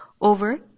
over